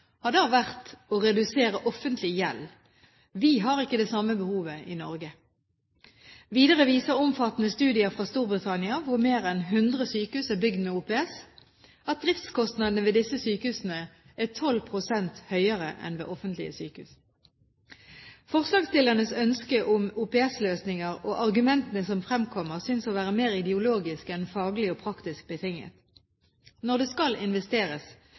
har da vært å redusere offentlig gjeld. Vi har ikke det samme behovet i Norge. Videre viser omfattende studier fra Storbritannia, hvor mer enn 100 sykehus er bygd med OPS, at driftskostnadene ved disse sykehusene er 12 pst. høyere enn ved offentlige sykehus. Forslagsstillernes ønske om OPS-løsninger og argumentene som fremkommer, synes å være mer ideologisk enn faglig og praktisk betinget. Når det skal investeres,